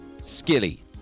Skilly